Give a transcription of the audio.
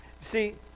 See